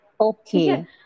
Okay